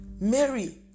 Mary